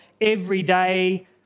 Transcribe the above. everyday